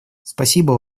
спасибо